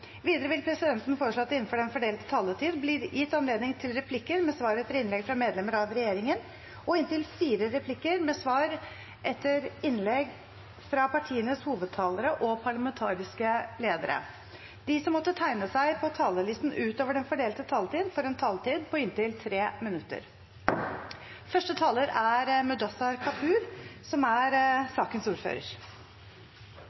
Videre vil presidenten foreslå at det – innenfor den fordelte taletid – blir gitt anledning til replikker med svar etter innlegg fra medlemmer av regjeringen, og inntil fire replikker med svar etter innlegg fra partienes hovedtalere og parlamentariske ledere. De som måtte tegne seg på talerlisten utover den fordelte taletid, får en taletid på inntil 3 minutter.